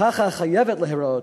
ככה חייבת להיראות